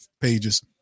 pages